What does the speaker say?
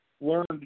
learned